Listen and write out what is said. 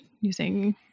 using